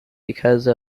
because